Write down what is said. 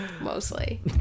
Mostly